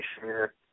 sure